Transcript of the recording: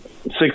six